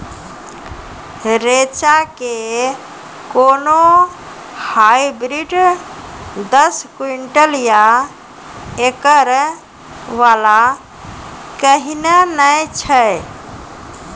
रेचा के कोनो हाइब्रिड दस क्विंटल या एकरऽ वाला कहिने नैय छै?